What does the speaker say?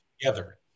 together